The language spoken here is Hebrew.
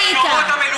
בבקשה,